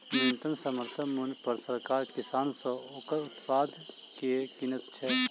न्यूनतम समर्थन मूल्य पर सरकार किसान सॅ ओकर उत्पाद के किनैत छै